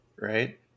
right